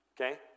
Okay